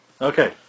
Okay